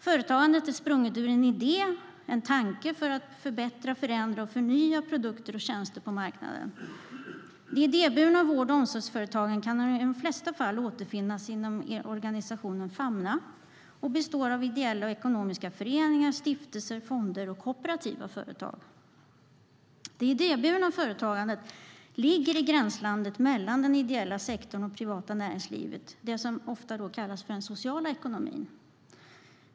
Företagandet är sprunget ur en idé, en tanke, för att förbättra, förändra och förnya produkter och tjänster på marknaden. De idéburna vård och omsorgsföretagen kan i de flesta fall återfinnas inom organisationen Famna och består av ideella och ekonomiska föreningar, stiftelser, fonder och kooperativa företag. Det idéburna företagandet ligger i gränslandet mellan den ideella sektorn och det privata näringslivet, det som ofta kallas för den sociala ekonomin.